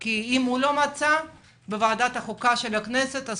כי אם חבר הכנסת קריב לא מצא בוועדת החוקה של הכנסת אז